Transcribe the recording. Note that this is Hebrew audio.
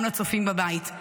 גם לצופים בבית,